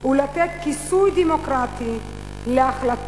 הוא לתת כיסוי דמוקרטי להחלטות